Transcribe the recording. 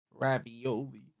Ravioli